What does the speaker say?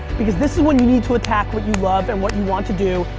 because this is when you need to attack what you love and what you want to do.